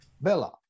Bella